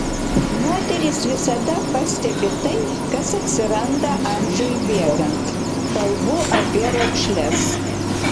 moterys visada pastebi tai kas atsiranda amžiui bėgant kalbu apie raukšles